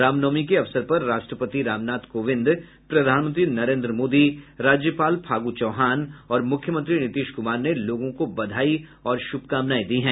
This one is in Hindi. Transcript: रामनवमी के अवसर पर राष्ट्रपति रामनाथ कोविंद प्रधानमंत्री नरेंद्र मोदी राज्यपाल फागू चौहान और मुख्यमंत्री नीतीश कुमार ने लोगों को बधाई और शुभकामनाएं दी हैं